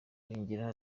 yongeyeho